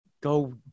go